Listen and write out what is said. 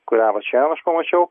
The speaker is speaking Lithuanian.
kurią vat šiandien aš pamačiau